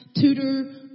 tutor